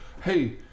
Hey